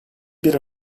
bir